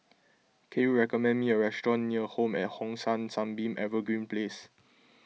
can you recommend me a restaurant near Home at Hong San Sunbeam Evergreen Place